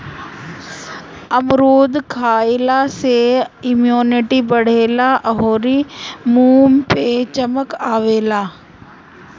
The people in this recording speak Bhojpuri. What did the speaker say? अमरूद खइला से इमुनिटी बढ़ेला अउरी मुंहे पे चमक आवेला